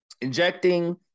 Injecting